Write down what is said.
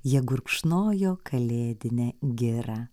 jie gurkšnojo kalėdinę girą